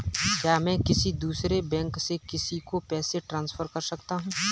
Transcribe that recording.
क्या मैं किसी दूसरे बैंक से किसी को पैसे ट्रांसफर कर सकता हूँ?